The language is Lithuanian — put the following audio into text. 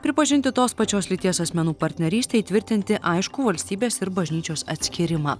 pripažinti tos pačios lyties asmenų partnerystę įtvirtinti aiškų valstybės ir bažnyčios atskyrimą